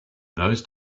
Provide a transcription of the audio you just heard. those